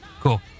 Cool